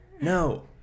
No